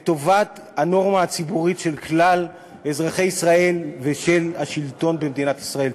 לטובת הנורמה הציבורית של כלל אזרחי ישראל ושל השלטון במדינת ישראל.